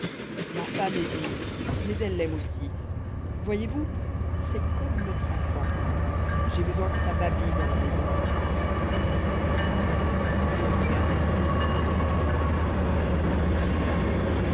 ma femme est vive mais elle l'aime aussi voyez-vous c'est comme notre enfant j'ai besoin que ça babille dans la maison l'étranger le regardait toujours fixement il continua